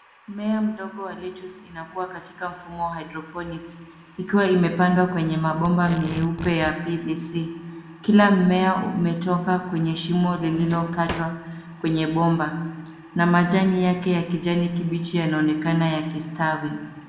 Mmea mdogo wa lettuce unakua katika mfumo wa hydoponics , ikiwa imepandwa kwenye mabomba meupe ya pvc. Kila mmea umetoka katika shimo lililokatwa kwenye bomba na majani yake ya kijani kibichi, yanaonekana yakistawi.